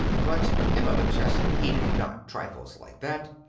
but emma mcchesney heeded not trifles like that.